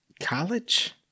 College